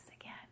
again